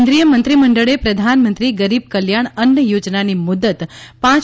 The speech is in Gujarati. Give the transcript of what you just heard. કેન્દ્રીય મંત્રીમંડળે પ્રધાનમંત્રી ગરીબ કલ્યાણ અન્ન યોજનાની મુદત પાંચ